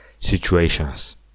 situations